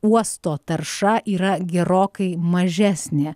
uosto tarša yra gerokai mažesnė